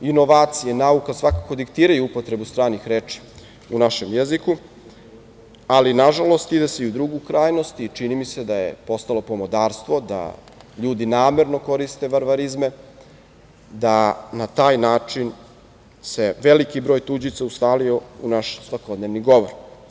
Inovacije i nauka svakako diktiraju upotrebu stranih reči u našem jeziku, ali nažalost ide se i u drugu krajnost i čini mi se da je postalo pomodarstvo da ljudi namerno koriste varvarizme, da se na taj način veliki broj tuđica ustalio u naš svakodnevni govor.